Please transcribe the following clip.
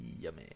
Yummy